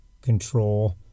control